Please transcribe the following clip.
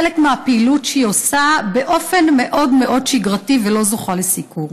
חלק מהפעילות שהיא עושה באופן מאוד מאוד שגרתי ולא זוכה לסיקור.